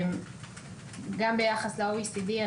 גם ביחס ל-OECD,